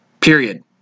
Period